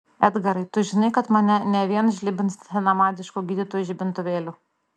edgarai tu žinai kad mane ne vien žlibins senamadišku gydytojų žibintuvėliu